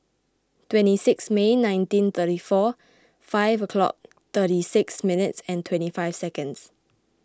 twenty six May nineteen thirty four five o'clock thirty six minutes twenty five seconds